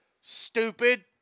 stupid